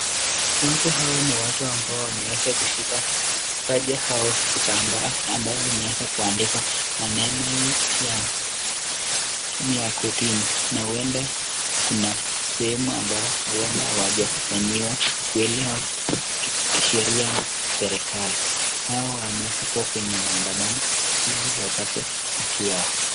Watu hawa ni watu ambao wameeza kushika baji au kitambo ambayo imeweza kuandikwa maneno ya kotini ,na huenda kuna sehemu ambayo huenda hawajafanyiwa ukweli au sheria na serikali, nao wamekuwa kwenye maandamano ili wapate haki yao.